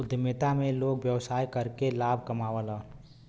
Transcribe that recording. उद्यमिता में लोग व्यवसाय करके लाभ कमावलन